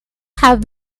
have